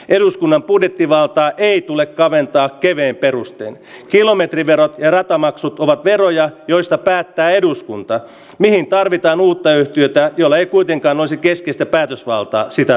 eduskunnan budjettivaltaa ei tule kaventaa kevein perustein kilometrimäärä kerätä maksut ovat teemoja joista päättää eduskunta se mihin tarvitaan uutta yhtiötä jolle ei kuitenkaan olisi keskeistä päätösvaltaa siitä